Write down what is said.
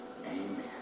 Amen